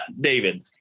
David